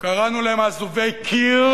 קראנו להם אזובי קיר,